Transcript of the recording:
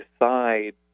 decide